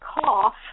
cough